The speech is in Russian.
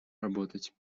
работать